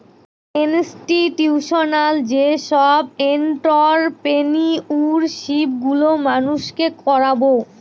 institutional যেসব entrepreneurship গুলো মানুষকে করাবে